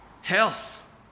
health